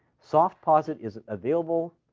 softposit is available,